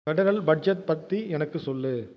federal budget பற்றி எனக்கு சொல்